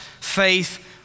faith